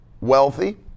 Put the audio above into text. wealthy